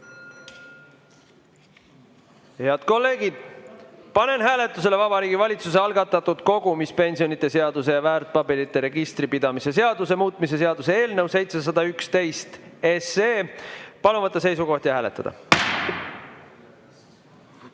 kolleegid, panen hääletusele Vabariigi Valitsuse algatatud kogumispensionide seaduse ja väärtpaberite registri pidamise seaduse muutmise seaduse eelnõu 711. Palun võtta seisukoht ja hääletada!